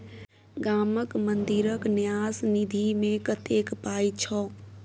गामक मंदिरक न्यास निधिमे कतेक पाय छौ